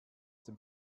dem